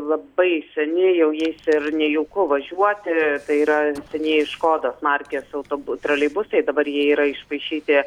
labai seni jau jais ir nejauku važiuoti yra senieji škodos markės autobu troleibusai dabar jie yra išpaišyti